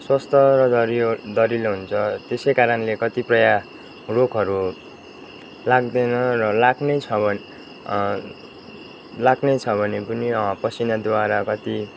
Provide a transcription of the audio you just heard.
स्वस्थ र दरियो दह्रिलो हुन्छ त्यसैकारणले कतिपय रोगहरू लाग्दैन र लाग्ने छ भने लाग्ने छ भने पनि पसिनाद्वारा कति